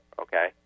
okay